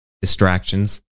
distractions